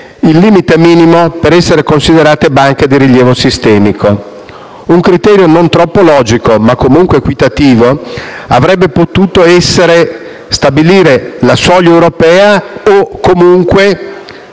il limite minimo per essere considerate banche di rilievo sistemico. Un criterio non troppo logico, ma comunque equitativo, avrebbe potuto essere stabilire la soglia europea e comunque